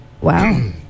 Wow